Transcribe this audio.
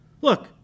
Look